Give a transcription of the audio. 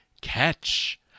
catch